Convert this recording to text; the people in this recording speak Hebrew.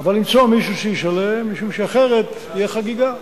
אבל למצוא מישהו שישלם, משום שאחרת תהיה חגיגה.